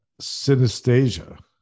synesthesia